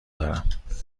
دارم